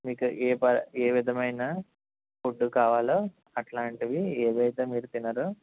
మీకు ఏ ప ఏ విధమైన ఫుడ్ కావాలో అట్లాంటివి ఏదైతే మీరు తినరో